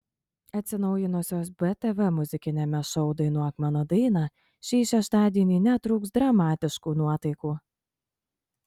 atsinaujinusios btv muzikiniame šou dainuok mano dainą šį šeštadienį netrūks dramatiškų nuotaikų